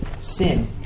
sin